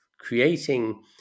creating